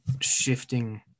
shifting